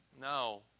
no